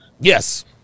Yes